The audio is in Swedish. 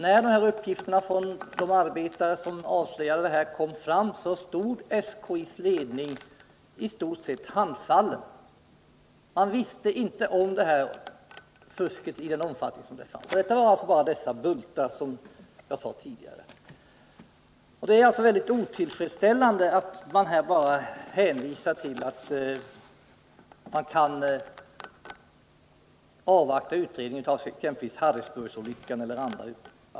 När uppgifterna från de arbetare som avslöjade detta kom fram, stod SKI:s ledning i stort sett handfallen. Man visste inte om att fusket hade den omfattning som det faktiskt visat sig ha. Det var här fråga om de bultar jag tidigare talade om. Det är otillfredsställande att man här bara hänvisar till att man skall avvakta utredningen om Harrisburgsolyckan.